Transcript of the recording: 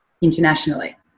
internationally